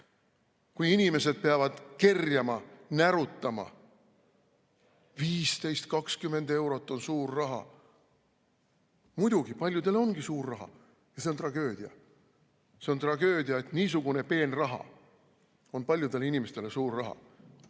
kui inimesed peavad kerjama, närutama? 15–20 eurot on suur raha! Muidugi, paljudele ongi suur raha. Ja see on tragöödia. See on tragöödia, et niisugune peenraha on paljudele inimestele suur raha.